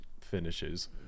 finishes